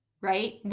right